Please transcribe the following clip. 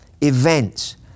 events